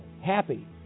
happy